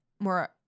more